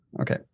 Okay